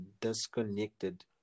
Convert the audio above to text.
disconnected